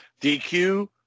DQ